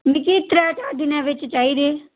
मिकी त्रैऽ चार दिनें बिच चाहिदे